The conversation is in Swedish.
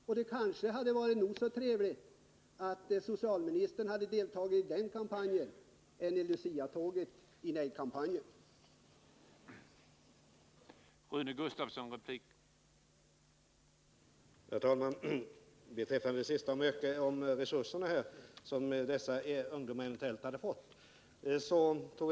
Och det kanske hade varit nog så trevligt om socialministern deltagit i den kampanjen i stället för nej-kampanjens Luciatåg.